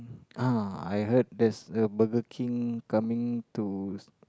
uh I heard that's a Burger-King coming to